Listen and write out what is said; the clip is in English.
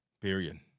period